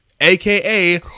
aka